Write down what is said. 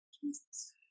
Jesus